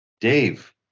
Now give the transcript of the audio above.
dave